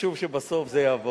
חשוב שבסוף זה יעבור.